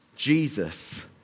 Jesus